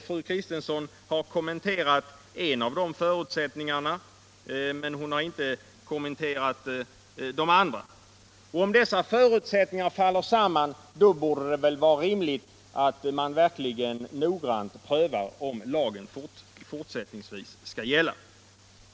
Fru Kristensson har kommenterat en av de förutsättningarna men inte de andra. Om dessa förutsättningar faller samman borde det väl vara rimligt att man verkligen noggrant prövar om lagen fortsättningsvis skall gälla.